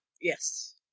Yes